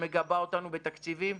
שמגבה אותנו בתקציבים.